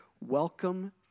Welcome